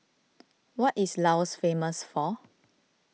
what is Laos famous for